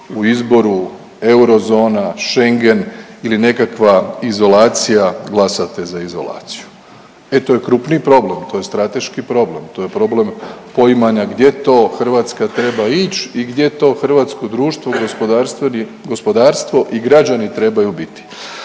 u izboru eurozona-Schengen ili nekakva izolacija glasate za izolaciju. E to je krupni problem, to je strateški problem, to je problem poimanja gdje to Hrvatska treba ić i gdje to hrvatsko društvo i gospodarstvo i građani trebaju biti.